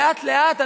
לאט-לאט,